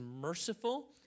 merciful